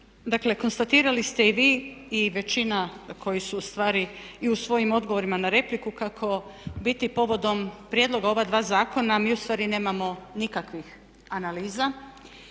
dakle konstatirali ste i vi i većina koji su u stvari i u svojim odgovorima na repliku kako u biti povodom prijedloga ova dva zakona mi u stvari nemamo nikakvih analiza.